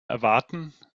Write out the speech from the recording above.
erwarten